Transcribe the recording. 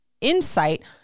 insight